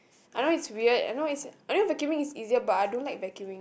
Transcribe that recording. I know it's weird I know is I know vacuuming is easier but I don't like vacuuming